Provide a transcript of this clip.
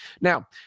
Now